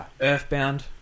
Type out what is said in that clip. Earthbound